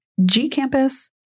gcampus